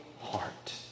heart